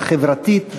החברתית,